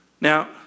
Now